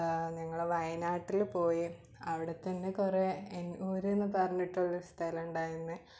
ഞങ്ങൾ വയനാട്ടിൽ പോയി അവിടെ തന്നെ കുറേ ഊര് എന്ന് പറഞ്ഞിട്ടുള്ള സ്ഥലമുണ്ടായിരുന്നു